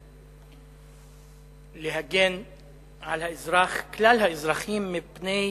שצריכים להגן על כלל האזרחים מפני